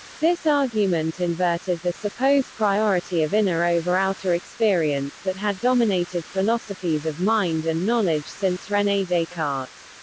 this argument inverted the supposed priority of inner over outer experience that had dominated philosophies of mind and knowledge since rene descartes.